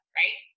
right